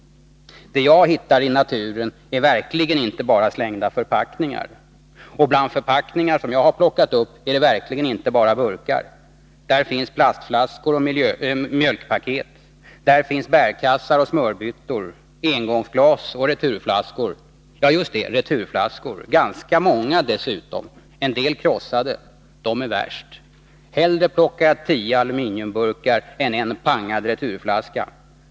Det jag hittar i naturen är verkligen inte bara slängda förpackningar. Bland de förpackningar som jag har plockat upp är det verkligen inte bara burkar. Där finns plastflaskor och mjölkpaket, och där finns bärkassar och smörbyttor, engångsglas och returflaskor. Ja, just det, returflaskor. Ganska många dessutom. En del krossade, de är värst. Hellre plockar jag tio aluminiumburkar än en pangad returflaska.